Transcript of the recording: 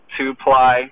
Two-ply